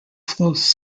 flows